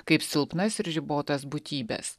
kaip silpnas ir ribotas būtybes